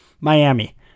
Miami